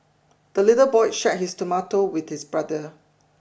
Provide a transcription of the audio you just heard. the little boy shared his tomato with his brother